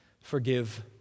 forgive